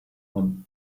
one